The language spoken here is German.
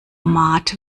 mat